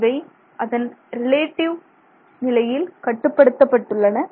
இவை அதன் ரிலேட்டிவ் நிலையில் கட்டுப்படுத்தப்பட்டுள்ளன